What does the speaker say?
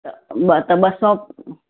अ ॿ त ॿ सौ